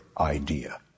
idea